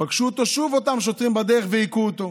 ופגשו אותו שוב אותם שוטרים בדרך והכו אותו.